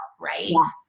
Right